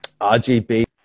RGB